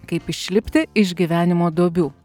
kaip išlipti iš gyvenimo duobių